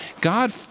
God